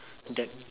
the